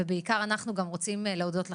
בעיקר אנחנו רוצים להודות לכם,